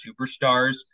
superstars